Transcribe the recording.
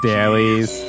Dailies